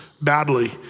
badly